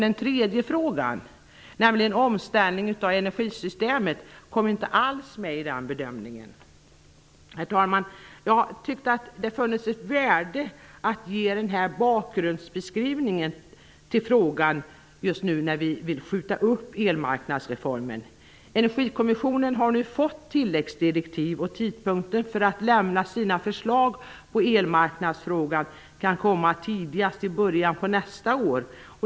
Den tredje frågan, omställningen av energisystemet, kom inte alls med i den bedömningen. Herr talman! Jag har ansett det vara av värde att ge denna bakgrundsbeskrivning till frågan nu när vi vill skjuta upp elmarknadsreformen. Energikommissionen har nu fått tilläggsdirektiv. Tidpunkten då den skall lämna sina förslag i elmarknadsfrågan kan komma tidigast i början av nästa år.